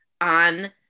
on